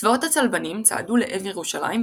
צבאות הצלבנים צעדו לעבר ירושלים,